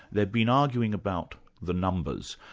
they've been arguing about the numbers.